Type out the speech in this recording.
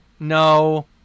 No